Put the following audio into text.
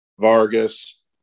Vargas